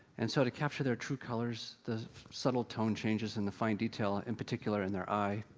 and so, to capture their true colors, the subtle tone changes in the fine detail, in particular in their eye,